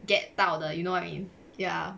get 到的 you know what I mean ya